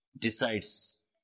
decides